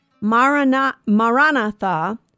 Maranatha